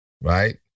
right